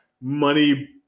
money